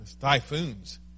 typhoons